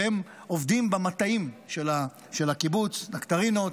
והם עובדים במטעים של הקיבוץ, נקטרינות,